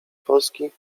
polski